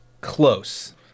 close